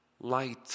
light